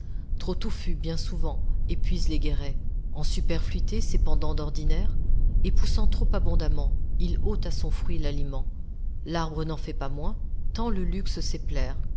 trop touffu bien souvent épuise les guérets en superfluités s'épandant d'ordinaire et poussant trop abondamment il ôte à son fruit l'aliment l'arbre n'en fait pas moins tant le luxe sait plaire